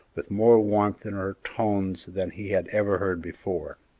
with more warmth in her tones than he had ever heard before.